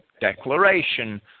declaration